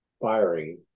firing